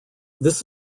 this